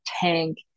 tank